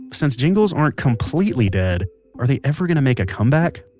since jingles aren't completely dead are they ever going to make a comeback?